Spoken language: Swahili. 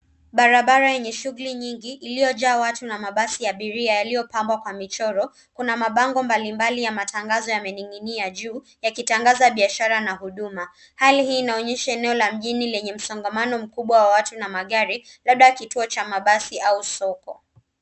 Barabara yenye shughuli nyingi iliyojaa watu na mabasi ya abiria iliyopambwa kwa michoro kuna mabango mbali mbali ya matangazo yameninginia juu yakitangaza bishara na huduma hali hii inaonyesha eneo la mjini lenye msongamano mkubwa wa watu na magari labda kituo cha mabasi au soko.